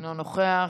אינו נוכח.